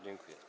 Dziękuję.